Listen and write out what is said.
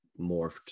morphed